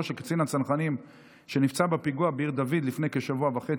של קצין הצנחנים שנפצע בפיגוע בעיר דוד לפני שבוע,